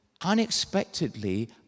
unexpectedly